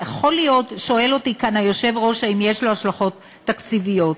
שואל אותי היושב-ראש, האם יש לו השלכות תקציביות.